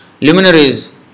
luminaries